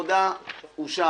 הצבעה בעד פה אחד תקנה 5(א)(3) אושרה.